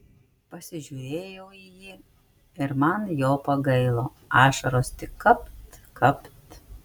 pasižiūrėjau į jį ir man jo pagailo ašaros tik kapt kapt